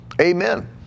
Amen